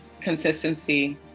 Consistency